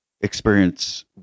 experience